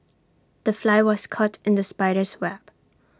the fly was caught in the spider's web